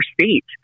state